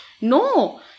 No